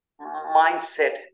mindset